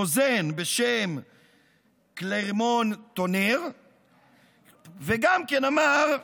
רוזן בשם קלרמון-טונר ואמר,